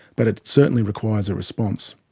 but it certainly requires a response.